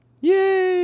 Yay